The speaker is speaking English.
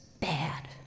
bad